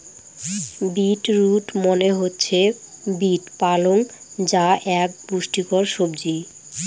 beet root মনে হচ্ছে beet পালং যা এক পুষ্টিকর সবজি